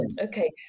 Okay